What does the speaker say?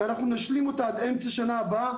ואנחנו נשלים אותה עד אמצע השנה הבאה.